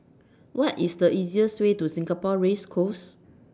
What IS The easiest Way to Singapore Race Course